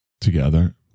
together